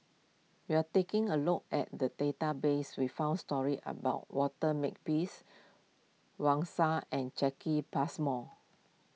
you are taking a look at the database we found stories about Walter Makepeace Wang Sha and Jacki Passmore